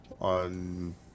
on